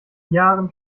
jahren